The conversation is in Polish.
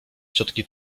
ciotki